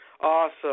awesome